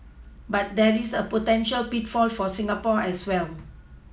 but there is a potential pitfall for Singapore as well